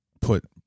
put